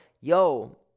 Yo